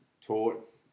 taught